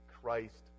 Christ